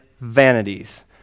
vanities